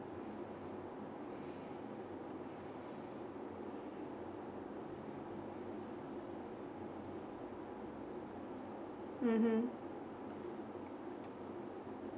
hmm